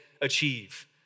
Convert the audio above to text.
achieve